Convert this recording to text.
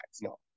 No